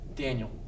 Daniel